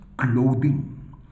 clothing